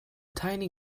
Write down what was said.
tiny